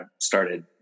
started